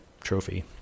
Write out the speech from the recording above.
trophy